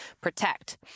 protect